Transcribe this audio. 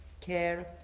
care